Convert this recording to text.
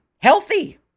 healthy